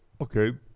Okay